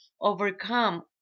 overcome